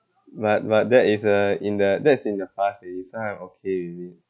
but but that is uh in the that's in the past already so I'm okay with it